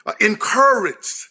encouraged